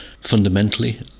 fundamentally